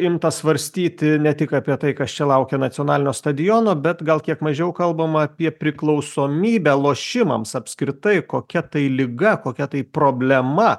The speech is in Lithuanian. imta svarstyti ne tik apie tai kas čia laukia nacionalinio stadiono bet gal kiek mažiau kalbama apie priklausomybę lošimams apskritai kokia tai liga kokia tai problema